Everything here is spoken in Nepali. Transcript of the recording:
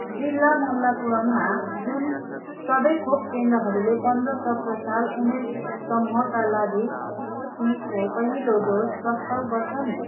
जिल्ला मलाप्पुरममा जुन सबै खोप केन्द्रहरूले पन्ध्र सत्र साल उमेर समूहका लागि स्पुत्निकको पहिलो डोज प्रस्ताव गर्छन्